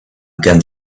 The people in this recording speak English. began